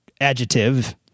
adjective